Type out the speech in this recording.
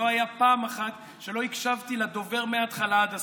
לא הייתה פעם אחת שלא הקשבתי לדובר מהתחלה עד הסוף.